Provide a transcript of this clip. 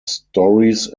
stories